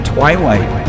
Twilight